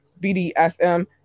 bdsm